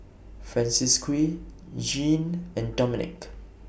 Francisqui Jeane and Dominick